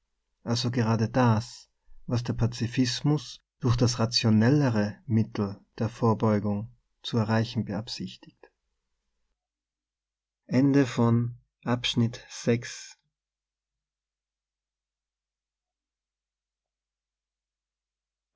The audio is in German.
also gerade das was der pazifismus durch das rationellere mittel der vorbeu gung zu erreichen beabsichtigt